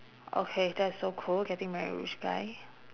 okay that's so cool getting married rich guy